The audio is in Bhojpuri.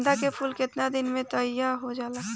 गेंदा के फूल केतना दिन में तइयार हो जाला?